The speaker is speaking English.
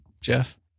Jeff